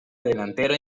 delantero